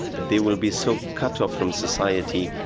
they will be so cut off from society.